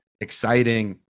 exciting